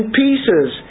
pieces